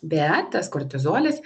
bet tas kortizolis